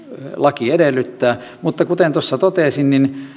laki edellyttää mutta kuten tuossa totesin